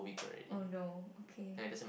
oh no okay